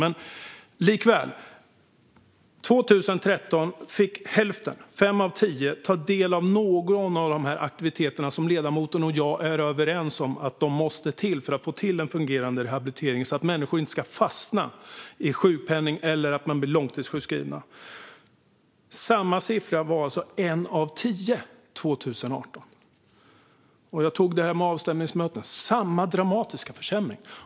År 2013 fick hälften, fem av tio, ta del av någon av de aktiviteter som ledamoten och jag är överens om måste till för att få en fungerande rehabilitering så att människor inte ska fastna i sjukpenning eller bli långtidssjukskrivna. År 2018 var samma siffra en av tio. Jag tog också upp avstämningsmötena: samma dramatiska försämring.